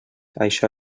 això